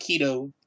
keto